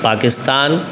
Pakistan